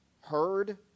heard